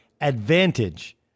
advantage